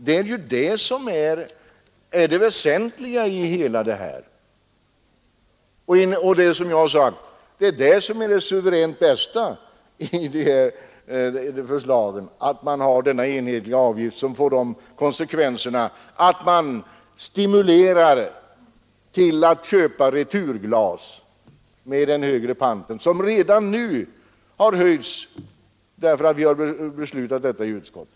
Det är ju det som är det väsentliga. Det suveränt bästa i förslaget är att man har denna enhetliga avgift som får de konsekvenserna att man stimulerar till att köpa varan i returglas med den högre panten, som redan nu har höjts därför att vi har beslutat detta i utskottet.